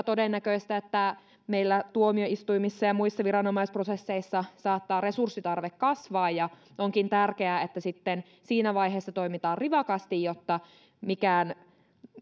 todennäköistä että meillä tuomioistuimissa ja muissa viranomaisprosesseissa saattaa resurssitarve kasvaa ja onkin tärkeää että sitten siinä vaiheessa toimitaan rivakasti jotta mikään